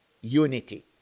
unity